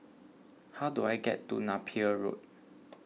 how do I get to Napier Road